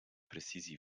precisie